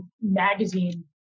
magazine